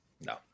no